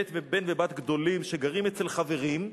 בן ובת גדולים שגרים אצל חברים,